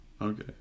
Okay